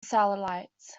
satellites